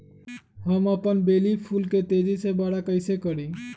हम अपन बेली फुल के तेज़ी से बरा कईसे करी?